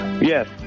Yes